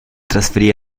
trasferì